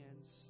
hands